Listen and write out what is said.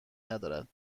ندارد